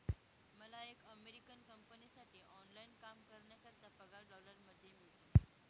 मला एका अमेरिकन कंपनीसाठी ऑनलाइन काम करण्याकरिता पगार डॉलर मध्ये मिळतो